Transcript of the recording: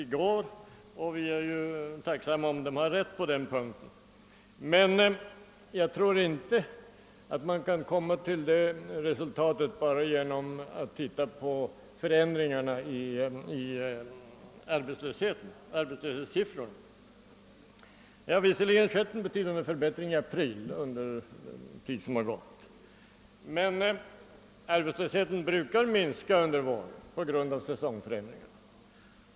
Vi är naturligtvis tacksamma om de har rätt på den punkten. Men jag tror inte att man kan grunda den uppfattningen bara på förändringarna i fråga om arbetslöshetssiffrorna. Det har visserligen skett en betydande förbättring i det avseendet i april, men arbetslösheten brukar alltid minska under våren på grund av säsongförändringarna.